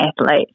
athlete